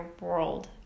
world